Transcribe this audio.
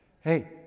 Hey